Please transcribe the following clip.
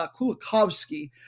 Kulikovsky